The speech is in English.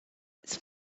its